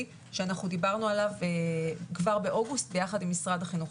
שאנחנו דיברנו עליו כבר באוגוסט ביחד עם משרד החינוך.